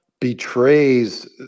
betrays